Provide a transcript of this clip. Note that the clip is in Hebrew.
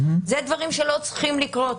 זה דברים שלא צריכים לקרות.